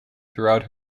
throughout